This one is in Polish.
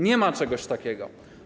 Nie ma czegoś takiego.